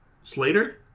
Slater